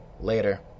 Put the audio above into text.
Later